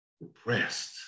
depressed